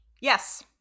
Yes